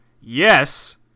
yes